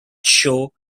show